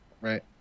right